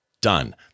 done